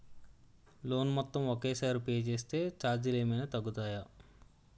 Loan మొత్తం ఒకే సారి పే చేస్తే ఛార్జీలు ఏమైనా తగ్గుతాయా?